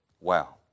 Wow